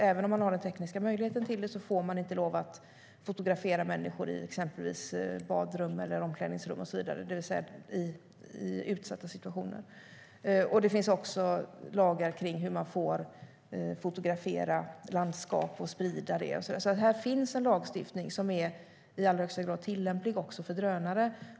Även om man har teknisk möjlighet får man inte lov att fotografera människor i badrum, omklädningsrum och så vidare, det vill säga i utsatta situationer. Det finns också lagar om hur man får fotografera landskap och sprida detta. Det finns alltså lagstiftning som i allra högsta grad är tillämplig också för drönare.